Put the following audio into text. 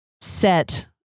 set